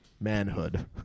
manhood